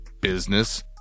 business